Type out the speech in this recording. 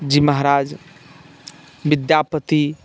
जी महाराज विद्यापति